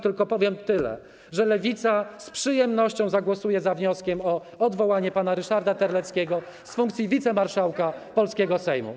Tylko powiem tyle: Lewica z przyjemnością zagłosuje za wnioskiem o odwołanie pana Ryszarda Terleckiego z funkcji wicemarszałka polskiego Sejmu.